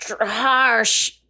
harsh